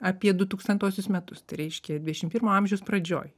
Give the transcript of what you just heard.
apie du tūkstantuosius metus tai reiškia dvidešim pirmo amžiaus pradžioj